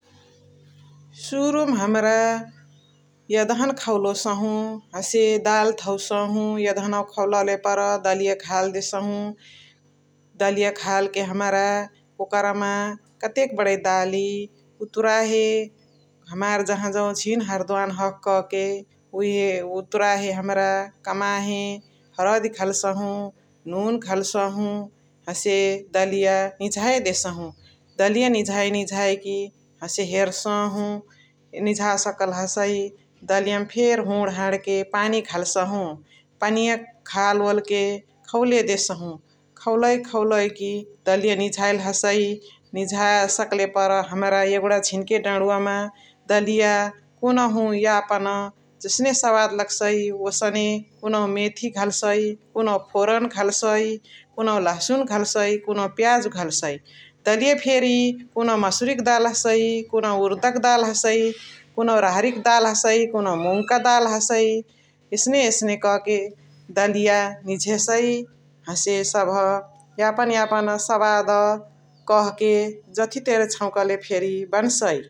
सुरुमा हमरा एदहन खौलोसहु हसे दाल धौसाहु । एदहन खौलले परा दलिया घाल देसहु । दलिया घालके हमरा ओकरमा कतेक बणइ दाली उतुराहे हमार जहाँआजउ झिन हरद्वान हखो कहके उहे उतुराहे हमरा कमाहे हरदी घलसाहु नुन घलसाहु । हसे दलिया निझाए देसहु । दलिया निझाए निझाए कि हसे हेरसाहु निझासकल हसइ दलिया मा फेरी हुणा हाणके पानी घलसाहु । पनिया घाल वोलके खौले देसहु । खौलइक खौलइकी दलिया निझाइली हसइ । निझा सकले पर हमरा एगुणा झिनिके डणुवा मा दलिया कुनुहु यापन जसने सवाद लगसाइ ओसने कुनुहु मेथी घलसाइ । कुनुहु फोरन घलसाइ, कुनुहु लहसुन घलसाइ, कुनुहु प्याजु घलसाइ । दलिया फेरी कुनुहु मासुरिक दाली हसइ, कुनुहु उरिदक दाली हसइ, कुनुहु रहरिक दाली हसइ, कुनुहु मुङक दाली हसइ । एसने एसने कके दालिय निझेसइ । हसे सबह यापन यापन सवाद कहाँके जथी तेने छौकले फेरी बन्साइ ।